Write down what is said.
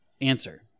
answer